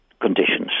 Conditions